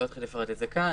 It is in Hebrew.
אני לא אתחיל לפרט את זה כאן,